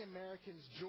Americans